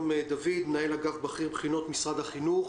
מנהל אגף בכיר בחינות במשרד החינוך.